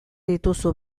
dituzu